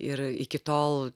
ir iki tol